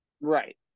Right